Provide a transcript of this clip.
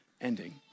ending